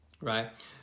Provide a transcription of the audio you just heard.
right